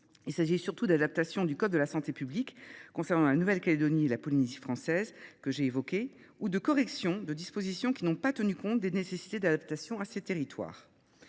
Il s’agit surtout d’adaptations du code de la santé publique concernant la Nouvelle Calédonie et la Polynésie française ou de corrections de dispositions qui ne tenaient pas compte des nécessités d’adaptation à ces territoires.